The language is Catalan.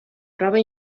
prova